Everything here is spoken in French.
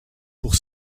pour